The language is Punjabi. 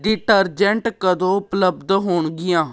ਡਿਟਰਜੈਂਟ ਕਦੋਂ ਉਪਲੱਬਧ ਹੋਣਗੀਆਂ